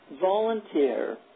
volunteer